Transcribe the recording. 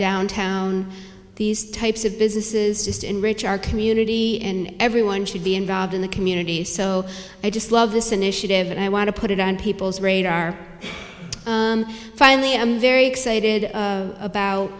downtown these types of businesses just enrich our community and everyone should be involved in the community so i just love this initiative and i want to put it on people's radar finally i'm very excited about